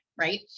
right